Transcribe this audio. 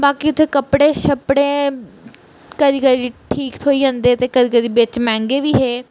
बाकी उत्थें कपड़े सपड़े कदी कदी ठीक थ्होई जन्दे ते कदी कदी बिच्च मैंह्गे बी हे